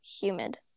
humid